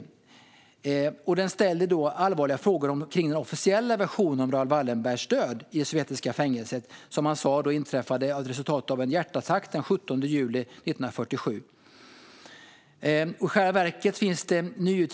Detta ger upphov till allvarliga frågor kring den officiella versionen om Raoul Wallenbergs död i det sovjetiska fängelset, som enligt vad man sa inträffade som resultatet av en hjärtattack den 17 juli 1947.